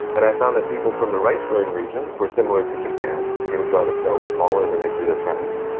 and i found that people from the rice growing regions were similar to japan, they would draw the self smaller than they drew their friends.